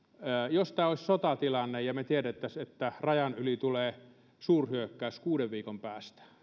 jos tämä olisi sotatilanne ja me tietäisimme että rajan yli tulee suurhyökkäys kuuden viikon päästä